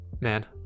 Man